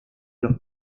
los